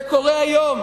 זה קורה היום.